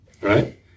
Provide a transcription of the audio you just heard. right